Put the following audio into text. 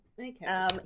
Okay